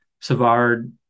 savard